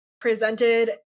presented